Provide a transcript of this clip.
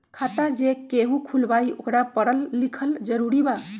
खाता जे केहु खुलवाई ओकरा परल लिखल जरूरी वा?